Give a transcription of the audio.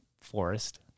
forest